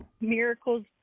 Miracles